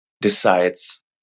decides